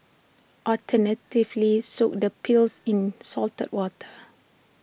alternatively soak the peels in salted water